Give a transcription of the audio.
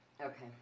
Okay